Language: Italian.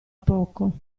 poco